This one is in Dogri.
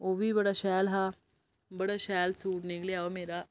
ओह् बी बड़ा शैल हा बड़ा शैल सूट निकलेआ ओह् मेरा